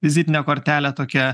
vizitinė kortelė tokia